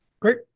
Great